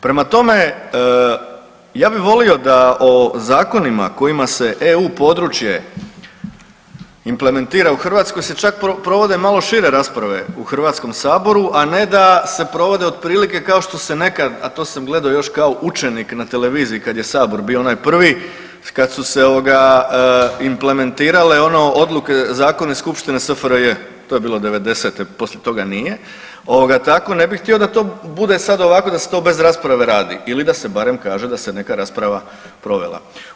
Prema tome, ja bi volio da o zakonima kojima se EU područje implementira se čak provode malo šire rasprave u Hrvatskom saboru, a ne da se provode otprilike kao što se nekad, a to sam gledao još kao učenik na televiziji kad je sabor bio onaj prvi, kad su se ovoga implementirale ono odluke zakoni iz Skupštine SFRJ, to je bilo '90.-te poslije toga nije, ovoga tako ne bi htio da to bude sad ovako da se to sad bez rasprave radi ili barem da se kaže da se neka rasprava provela.